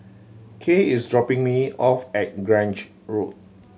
Kay is dropping me off at Grange Road